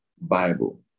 Bible